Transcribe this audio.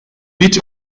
mit